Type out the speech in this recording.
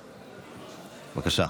בבקשה.